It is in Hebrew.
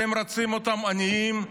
אתם רוצים אותם עניים,